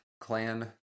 clan